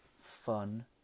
fun